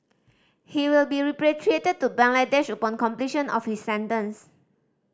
he will be repatriated to Bangladesh upon completion of his sentence